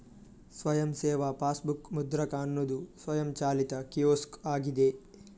ಸ್ವಯಂ ಸೇವಾ ಪಾಸ್ಬುಕ್ ಮುದ್ರಕ ಅನ್ನುದು ಸ್ವಯಂಚಾಲಿತ ಕಿಯೋಸ್ಕ್ ಆಗಿದೆ